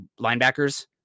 linebackers